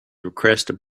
requested